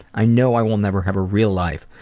i know i will never have a real life,